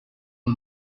eux